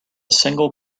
single